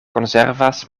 konservas